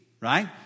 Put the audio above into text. right